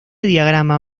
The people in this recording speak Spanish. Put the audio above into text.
diagrama